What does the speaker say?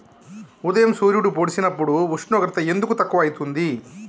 ఉదయం సూర్యుడు పొడిసినప్పుడు ఉష్ణోగ్రత ఎందుకు తక్కువ ఐతుంది?